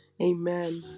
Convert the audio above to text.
amen